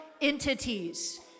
entities